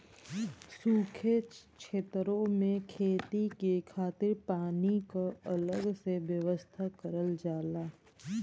सूखे छेतरो में खेती के खातिर पानी क अलग से व्यवस्था करल जाला